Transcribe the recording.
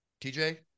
TJ